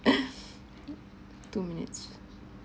two minutes